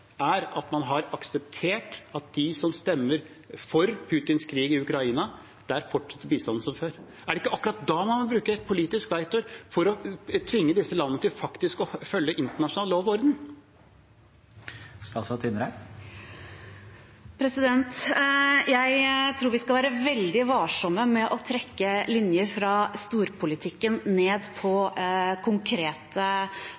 Putins krig i Ukraina, der fortsetter bistanden som før. Er det ikke akkurat da vi må bruke et politisk verktøy for å tvinge disse landene til faktisk å følge internasjonal lov og orden? Jeg tror vi skal være veldig varsomme med å trekke linjer fra storpolitikken ned